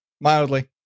Mildly